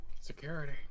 Security